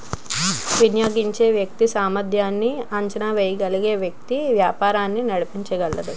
వినియోగించే వ్యక్తి సామర్ధ్యాన్ని అంచనా వేయగలిగిన వ్యక్తి వ్యాపారాలు నడిపించగలడు